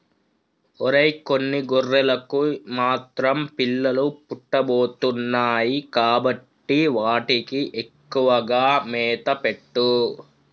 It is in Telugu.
ఒరై కొన్ని గొర్రెలకు మాత్రం పిల్లలు పుట్టబోతున్నాయి కాబట్టి వాటికి ఎక్కువగా మేత పెట్టు